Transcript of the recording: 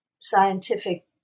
scientific